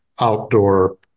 outdoor